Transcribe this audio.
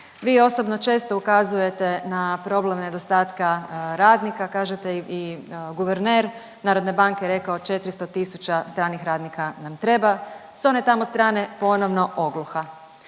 Vi osobno često ukazujete na problem nedostatka radnika, kažete i guverner narodne banke je rekao 400 tisuća stranih radnika nam treba. S one tamo strane ponovno ogluha.